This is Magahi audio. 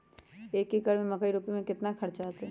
एक एकर में मकई रोपे में कितना खर्च अतै?